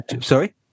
Sorry